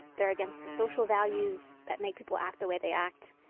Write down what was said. they're against the social values that make people act the way they act,